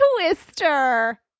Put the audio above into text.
Twister